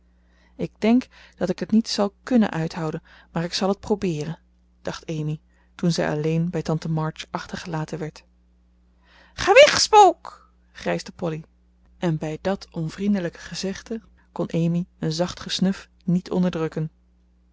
ik denk dat ik het niet zal kunnen uithouden maar ik zal het probeeren dacht amy toen zij alleen bij tante march achtergelaten werd ga weg spook krijschte polly en bij dat onvriendelijk gezegde kon amy een zacht gesnuf niet onderdrukken